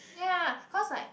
ya cause like